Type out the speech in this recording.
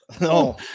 No